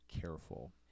careful